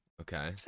okay